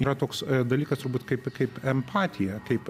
yra toks dalykas turbūt kaip kaip empatija kaip